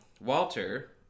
Walter